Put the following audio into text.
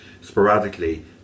sporadically